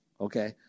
okay